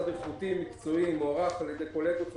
אנחנו מוסד איכותי, מקצועי, מוערך על ידי קולגות.